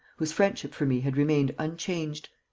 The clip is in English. whose friendship for me had remained unchanged.